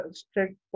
strict